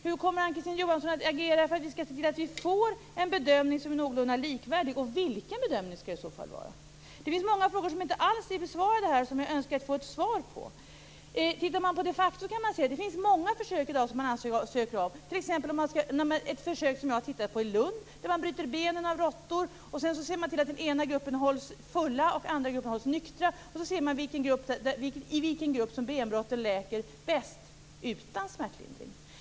Hur kommer Ann-Kristine Johansson att agera för att se till att vi får en bedömning som är någorlunda likvärdig, och vilken bedömning skall det i så fall vara? Det finns många frågor som inte alls är besvarade här och som jag önskar få ett svar på. Tittar man på hur det de facto är kan man se att det i dag finns många försök som man ansöker om. Det gäller t.ex. ett försök som jag har tittat på i Lund. Man bryter benen av råttor, och sedan ser man till att råttorna i den ena gruppen hålls fulla och de i den andra gruppen hålls nyktra. Sedan ser man i vilken grupp som benbrotten läker bäst - utan smärtlindring.